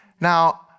Now